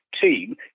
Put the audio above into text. team